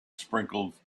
sprinkles